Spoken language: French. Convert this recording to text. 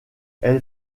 elle